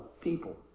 people